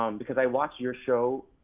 um because i watch your show